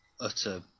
utter